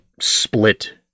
split